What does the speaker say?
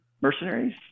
mercenaries